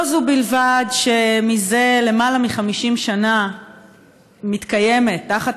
לא זו בלבד שזה למעלה מ-50 שנה מתקיימת תחת